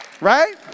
right